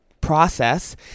process